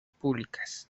públicas